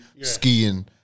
skiing